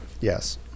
Yes